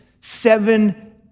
seven